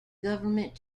government